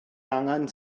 angan